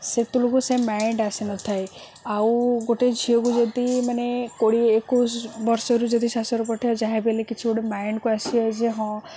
ସେତେବେଳକୁ ସେ ମାଇଣ୍ଡ ଆସିନଥାଏ ଆଉ ଗୋଟେ ଝିଅକୁ ଯଦି ମାନେ କୋଡ଼ିଏ ଏକୋଇଶି ବର୍ଷରୁ ଯଦି ଶାଶୁଘର ପଠେଇବା ଯାହାବି ହେଲେ କିଛି ଗୋଟେ ମାଇଣ୍ଡକୁ ଆସିଯାଏ ଯେ ହଁ